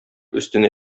өстенә